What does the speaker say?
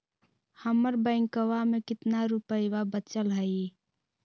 हमर बैंकवा में कितना रूपयवा बचल हई?